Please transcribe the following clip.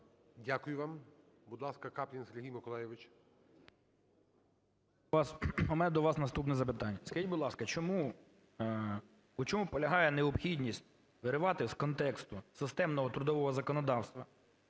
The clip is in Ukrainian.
Дякую вам. Будь ласка, Каплін Сергій Миколайович. 13:57:52 КАПЛІН С.М. У мене до вас наступне запитання. Скажіть, будь ласка, у чому полягає необхідність виривати з контексту системного трудового законодавства